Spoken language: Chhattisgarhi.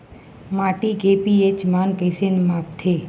माटी के पी.एच मान कइसे मापथे?